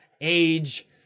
age